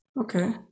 Okay